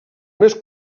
més